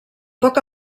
poc